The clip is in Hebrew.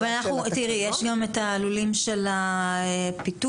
יש גם את הלולים של הפיטום.